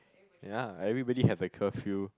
ya everybody have a curfew